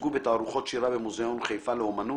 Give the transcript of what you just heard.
והוצגו בתערוכות שירה במוזיאון חיפה לאומנות,